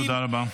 תודה רבה.